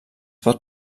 pot